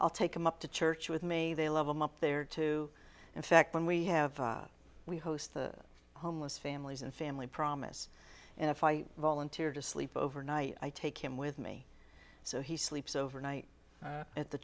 i'll take him up to church with me they love i'm up there too in fact when we have we host the homeless families and family promise and if i volunteer to sleep over night i take him with me so he sleeps overnight at the